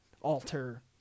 alter